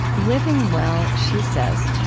living well, she says,